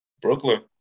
Brooklyn